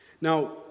Now